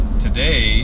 today